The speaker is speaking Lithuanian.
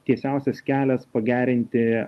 tiesiausias kelias pagerinti